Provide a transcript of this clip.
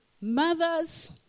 Mothers